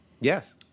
Yes